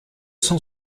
cent